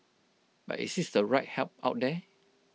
but is this the right help out there